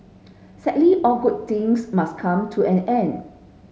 sadly all good things must come to an end